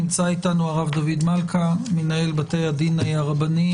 נמצא אתנו הרב דוד מלכה, מנהל בתי הדין הרבניים.